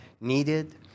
needed